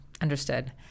understood